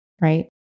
right